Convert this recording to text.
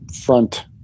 front